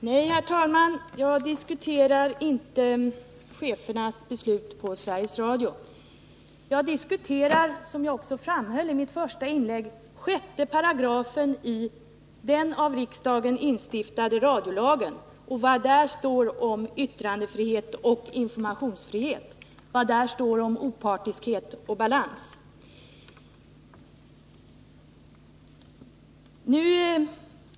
Herr talman! Nej, jag diskuterar inte chefernas beslut på Sveriges Radio. Jag diskuterar — som jag också framhöll i mitt första inlägg — 6 § i den av riksdagen instiftade radiolagen och vad där står om yttrandefrihet och informationsfrihet, om opartiskhet och balans.